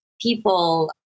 people